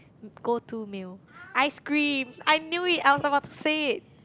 go to meal ice cream I knew it I was about to say it